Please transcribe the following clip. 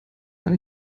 jahr